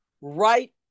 right